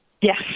Yes